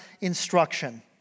instruction